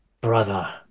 brother